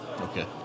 Okay